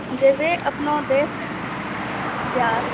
जेबय अपना देश बिहार